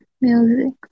music